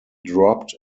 dropped